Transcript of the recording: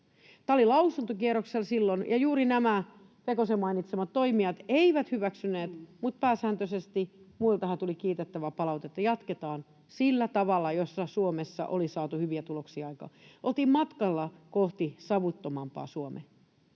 Tämä oli lausuntokierroksella silloin, ja juuri nämä Pekosen mainitsemat toimijat eivät sitä hyväksyneet, mutta muiltahan tuli pääsääntöisesti kiitettävää palautetta: jatketaan sillä tavalla, jolla Suomessa oli saatu hyviä tuloksia aikaan. Oltiin matkalla kohti savuttomampaa Suomea.